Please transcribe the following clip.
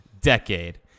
decade